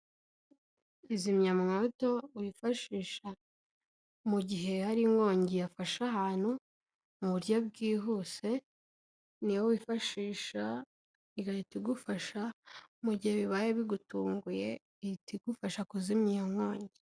Kizimyamwoto wifashisha mu gihe hari inkongi yafashe ahantu mu buryo bwihuse, ni yo wifashisha igahita igufasha mu gihe bibaye bigutunguye, ihita igufasha kuzimya iyo nkongi.